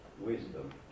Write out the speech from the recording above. wisdom